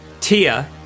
Tia